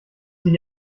sich